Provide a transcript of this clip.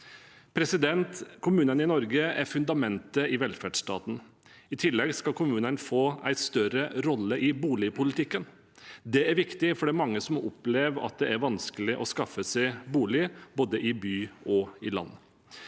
velferdsstat. Kommunene i Norge er fundamentet i velferdsstaten. I tillegg skal kommunene få en større rolle i boligpolitikken. Det er viktig, for det er mange som opplever at det er vanskelig å skaffe seg bolig – både i byer og på landet.